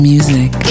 Music